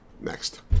Next